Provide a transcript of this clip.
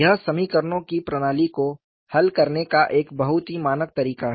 यह समीकरणों की प्रणाली को हल करने का एक बहुत ही मानक तरीका है